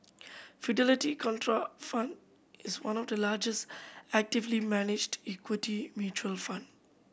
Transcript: Fidelity Contrafund is one of the largest actively managed equity mutual fund